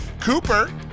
Cooper